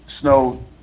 snow